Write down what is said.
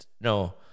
no